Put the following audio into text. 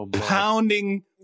pounding